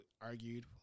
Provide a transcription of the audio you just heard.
argued